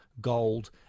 gold